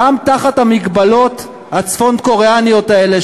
גם תחת המגבלות הצפון-קוריאניות האלה,